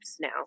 now